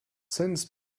since